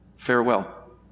Farewell